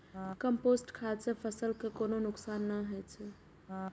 compost खाद सं फसल कें कोनो नुकसान नै होइ छै